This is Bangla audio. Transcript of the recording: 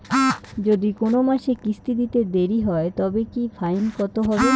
যদি কোন মাসে কিস্তি দিতে দেরি হয় তবে কি ফাইন কতহবে?